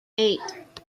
eight